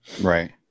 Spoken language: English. Right